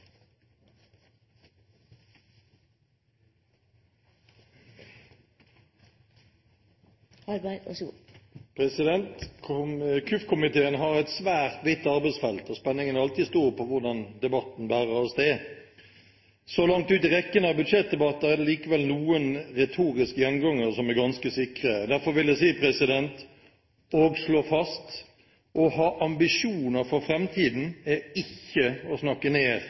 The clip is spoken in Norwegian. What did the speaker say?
på hvordan debatten bærer av sted. Så langt ut i rekken av budsjettdebatter er det likevel noen retoriske gjengangere som er ganske sikre. Derfor vil jeg si og slå fast: Å ha ambisjoner for fremtiden er ikke å snakke ned